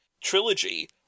trilogy